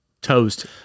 toast